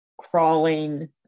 crawling